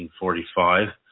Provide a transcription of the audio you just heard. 1945